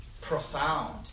profound